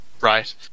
Right